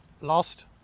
lost